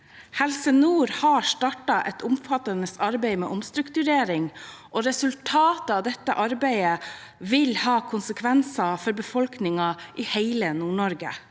Helse nord har startet et omfattende arbeid med omstrukturering, og resultatet av dette arbeidet vil ha konsekvenser for befolkningen i hele Nord-Norge.